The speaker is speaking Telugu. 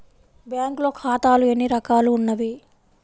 బ్యాంక్లో ఖాతాలు ఎన్ని రకాలు ఉన్నావి?